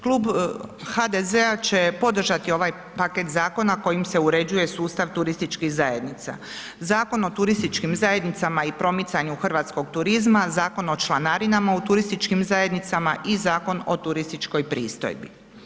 Klub HDZ-a će podržati ovaj paket zakona kojim se uređuje sustav turističkih zajednica, Zakon o turističkim zajednicama i promicanju hrvatskog turizma, Zakon o članarina u turističkim zajednicama i Zakon o turističkoj pristojbi.